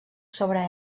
sobre